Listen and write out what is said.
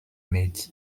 made